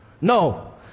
No